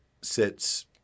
sits